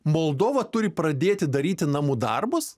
moldova turi pradėti daryti namų darbus